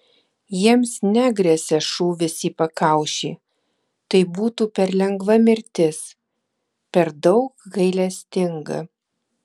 jiems negresia šūvis į pakaušį tai būtų per lengva mirtis per daug gailestinga